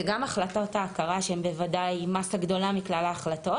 זה גם החלטת ההכרה שהם בוודאי מאסה גדולה מכלל ההחלטות